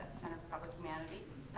center for public humanities.